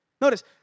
Notice